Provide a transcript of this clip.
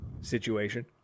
situation